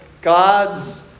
God's